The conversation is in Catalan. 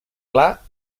clar